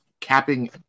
capping